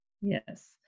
Yes